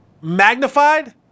magnified